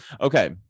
okay